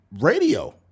radio